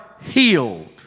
healed